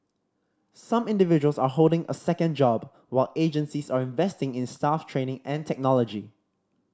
some individuals are holding a second job while agencies are investing in staff training and technology